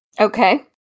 Okay